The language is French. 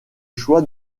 choix